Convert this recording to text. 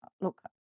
Look